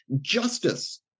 justice